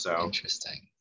Interesting